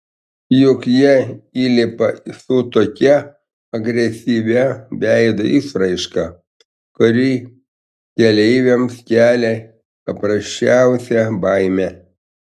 juk jie įlipa su tokia agresyvia veido išraiška kuri keleiviams kelia paprasčiausią baimę